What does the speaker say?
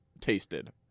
tasted